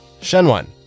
Shenwan